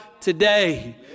today